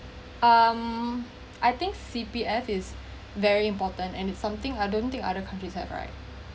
we can just do a quick one um um I think think C_P_F is very important and it's something I don't think other countries have right right